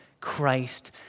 Christ